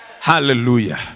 hallelujah